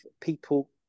people